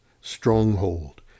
stronghold